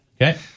Okay